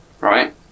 Right